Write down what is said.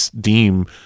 deem